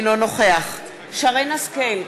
אינו נוכח שרן השכל,